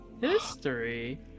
History